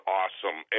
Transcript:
awesome